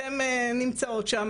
אתן נמצאות שם,